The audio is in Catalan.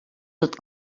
tot